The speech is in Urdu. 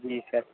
جی سر